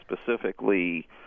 specifically